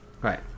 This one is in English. right